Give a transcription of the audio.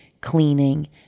cleaning